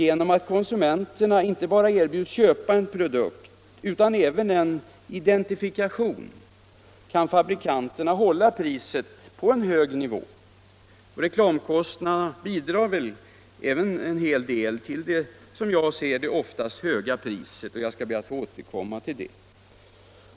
Genom att konsumenterna erbjuds att köpa inte bara en produkt utan även en identifikation kan fabrikanterna hålla priset på en hög nivå. Reklamkostnaderna bidrar även delvis till det, som jag ser det, vanligtvis höga priset. Jag skall be att få återkomma till det.